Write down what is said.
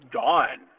gone